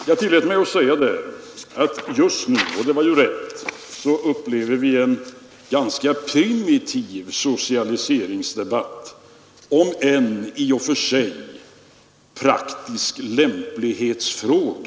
Jag tillät mig att säga där, vilket var rätt: Nr 98 ”Vi upplever nu en uppskrämd och ganska primitiv socialiserings Torsdagen den debatt om en i och för sig praktisk lämplighetsfråga.